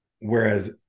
Whereas